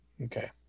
Okay